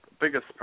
Biggest